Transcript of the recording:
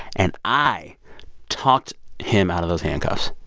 and i talked him out of those handcuffs.